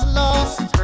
lost